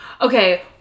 Okay